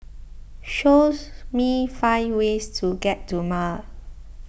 show me five ways to get to Male